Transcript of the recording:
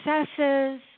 successes